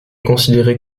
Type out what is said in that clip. considéré